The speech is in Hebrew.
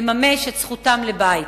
לממש את זכותם לבית,